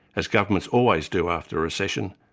as governments always do after a recession,